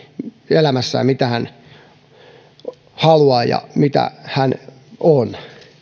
elämässään mitä hän haluaa ja mitä hän on